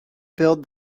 build